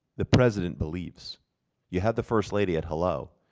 the president believes you had the first lady at hello.